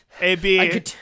AB